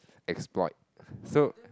exploit so